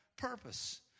purpose